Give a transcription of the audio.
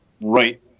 right